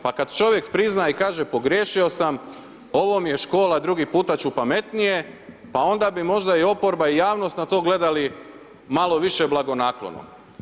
Pa kada čovjek prizna i kaže – pogriješio sam, ovo mi je škola, drugi puta ću pametnije – pa onda bi možda i oporba i javnost na to gledali malo više blagonaklono.